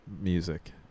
music